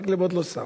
מקלב עוד לא שר.